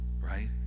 right